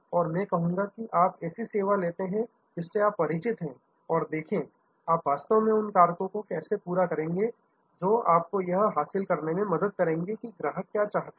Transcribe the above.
और मैं कहूंगा कि आप एक ऐसी सेवा लेते हैं जिससे आप परिचित हैं और देखें आप वास्तव में उन कारकों को कैसे पूरा करेंगे जो आपको यह हासिल करने में मदद करेंगे कि ग्राहक क्या चाहते हैं